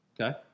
Okay